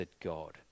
god